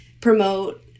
promote